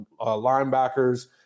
linebackers